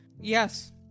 Yes